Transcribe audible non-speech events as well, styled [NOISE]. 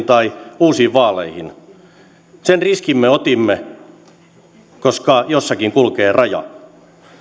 [UNINTELLIGIBLE] tai uusiin vaaleihin sen riskin me otimme koska jossakin kulkee raja